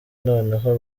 noneho